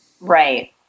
Right